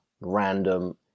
random